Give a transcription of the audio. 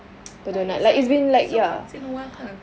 but it's like it's a once in a while kind of treat